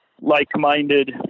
like-minded